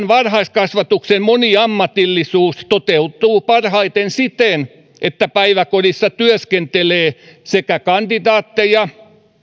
varhaiskasvatuksen moniammatillisuus toteutuu parhaiten siten että päiväkodissa työskentelee sekä kandidaatteja